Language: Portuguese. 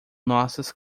nossas